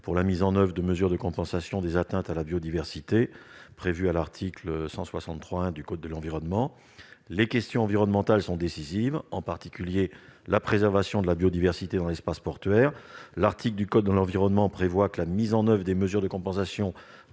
à la mise en oeuvre des mesures de compensation des atteintes à la biodiversité prévues à l'article L.163-1 du code de l'environnement. Les questions environnementales sont décisives, en particulier la préservation de la biodiversité dans l'espace portuaire. L'article L.163-1 du code de l'environnement prévoit que la mise en oeuvre des mesures de compensation